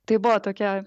tai buvo tokia